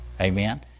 Amen